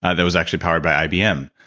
that was actually powered by ibm.